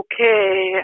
Okay